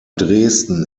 dresden